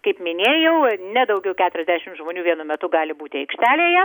kaip minėjau ne daugiau keturiasdešimt žmonių vienu metu gali būti aikštelėje